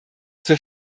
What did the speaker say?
zur